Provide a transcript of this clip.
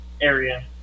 area